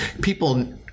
People